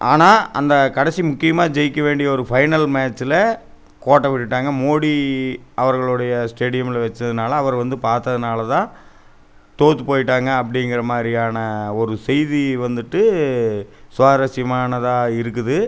ஆனால் அந்த கடைசி முக்கியமாக ஜெயிக்கவேண்டிய ஒரு ஃபைனல் மேட்ச்சில் கோட்டை விட்டுவிட்டாங்க மோடி அவர்களுடைய ஸ்டேடியமில் வைச்சதுனால அவர் வந்து பார்த்ததுனால தான் தோற்றுப் போய்விட்டாங்க அப்படிங்கிற மாதிரியான ஒரு செய்தி வந்துட்டு சுவாரஸ்யமானதாக இருக்குது